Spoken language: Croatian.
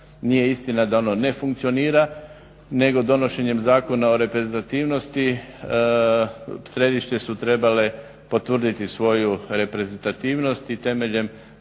nije istina da ono ne funkcionira, nego donošenjem Zakona o reprezentativnosti središnjice su trebale potvrditi svoju reprezentativnost i temeljem